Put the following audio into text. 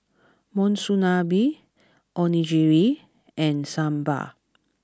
Monsunabe Onigiri and Sambar